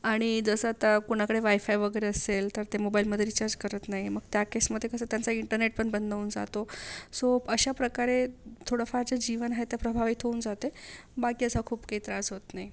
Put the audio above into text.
आणि जसं आता कोणाकडे वायफाय वगैरे असेल तर ते मोबाईलमधे रिचार्ज करत नाही मग त्या केसमधे कसं त्यांचा इंटरनेट पण बंद होऊन जातो सो अशाप्रकारे थोडं फार जे जीवन आहे ते प्रभावित होऊन जाते बाकी असा खूप काही त्रास होत नाही